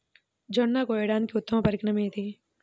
జొన్న కోయడానికి ఉత్తమ పరికరం ఏది?